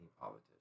politician